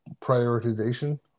prioritization